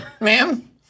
ma'am